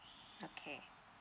okay